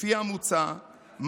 לפי המוצע,